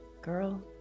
Girl